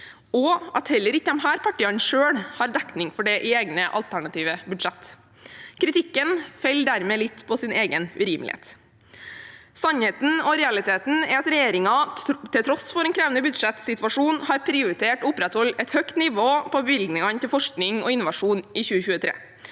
og at heller ikke disse partiene selv har dekning for dette i egne alternative budsjett. Kritikken faller dermed litt på sin egen urimelighet. Sannheten og realiteten er at regjeringen til tross for en krevende budsjettsituasjon har prioritert å opprettholde et høyt nivå på bevilgningene til forskning og innovasjon i 2023,